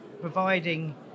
providing